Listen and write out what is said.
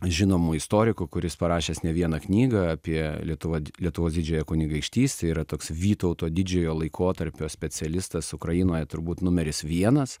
žinomu istoriku kuris parašęs ne vieną knygą apie lietuvą lietuvos didžiąją kunigaikštystę yra toks vytauto didžiojo laikotarpio specialistas ukrainoje turbūt numeris vienas